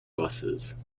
buses